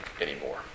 anymore